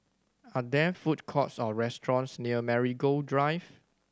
are there food courts or restaurants near Marigold Drive